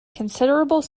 considerable